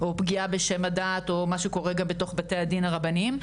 או פגיעה בשם הדת או מה שקורה בתוך בתי הדין הרבניים.